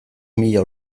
mila